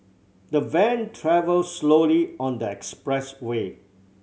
the van travelled slowly on the expressway